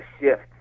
shift